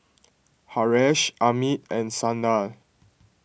Haresh Amit and Sanal